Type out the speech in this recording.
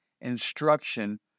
instruction